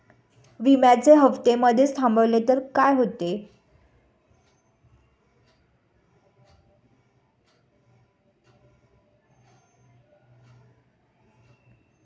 विम्याचे हफ्ते मधेच थांबवले तर काय होते?